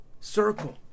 circle